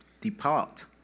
depart